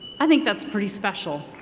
i think that's pretty special.